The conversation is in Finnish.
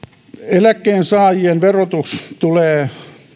eläkkeensaajien verotus tulee